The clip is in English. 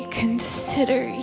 consider